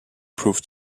proved